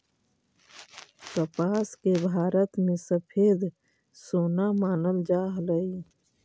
कपास के भारत में सफेद सोना मानल जा हलई